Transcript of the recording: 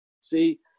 See